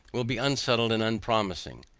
will be unsettled and unpromising.